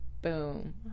Boom